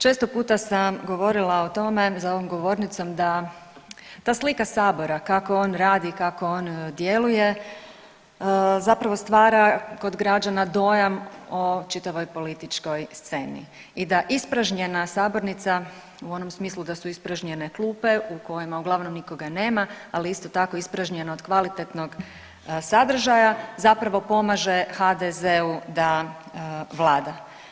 Često puta sam govorila o tome za ovom govornicom da ta slika sabora kako on radi i kako on djeluje zapravo stvara kod građana dojam o čitavoj političkoj sceni i da ispražnjena sabornica u onom smislu da su ispražnjene klupe u kojima uglavnom nikoga nema, ali isto tako ispražnjeno od kvalitetnog sadržaja zapravo pomaže HDZ-u da vlada.